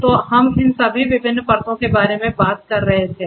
तो हम इन सभी विभिन्न परतों के बारे में बात कर रहे थे